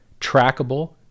trackable